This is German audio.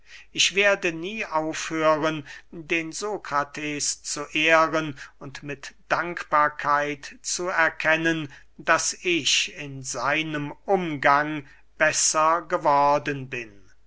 ich werde nie aufhören den sokrates zu ehren und mit dankbarkeit zu erkennen daß ich in seinem umgang besser geworden bin